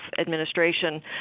administration